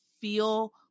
feel